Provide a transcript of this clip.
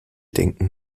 denken